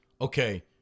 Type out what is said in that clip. okay